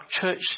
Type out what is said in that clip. church